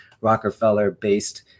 Rockefeller-based